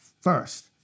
first